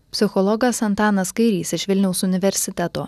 psichologas antanas kairys iš vilniaus universiteto